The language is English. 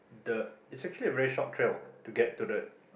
the it's actually a very short trail to get to that